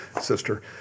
sister